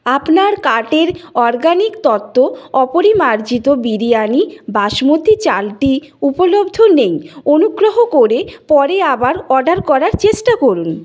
আপনার কার্টের অরগ্যাানিক তত্ত্ব অপরিমার্জিত বিরিয়ানি বাসমতি চালটি উপলব্ধ নেই অনুগ্রহ করে পরে আবার অর্ডার করার চেষ্টা করুন